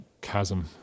chasm